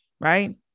right